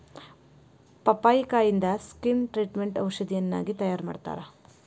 ಪಪ್ಪಾಯಿಕಾಯಿಂದ skin ಟ್ರಿಟ್ಮೇಟ್ಗ ಔಷಧಿಯನ್ನಾಗಿ ತಯಾರಮಾಡತ್ತಾರ